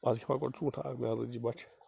بہٕ حظ کھیٚمہٕ ہا گۄڈٕ ژوٗنٹھا اکھ مےٚ حظ لجی بۅچھِ